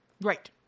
Right